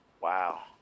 Wow